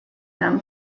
them